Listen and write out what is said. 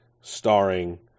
starring